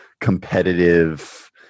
competitive